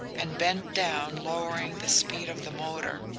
and bent down, lowering the speed of the motor.